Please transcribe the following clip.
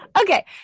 okay